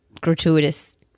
gratuitous